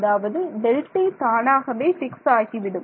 அதாவது Δt தானாகவே பிக்ஸ் ஆகிவிடும்